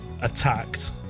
attacked